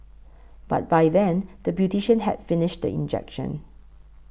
but by then the beautician had finished the injection